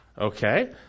Okay